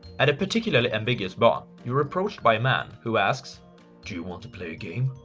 at a particularly ambiguous bar you're approached by a man who asks do you want to play a game?